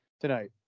tonight